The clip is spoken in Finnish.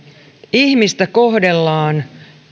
ihmistä kohdellaan